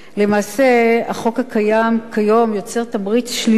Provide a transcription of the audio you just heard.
למעשה, החוק הקיים כיום יוצר תמריץ שלילי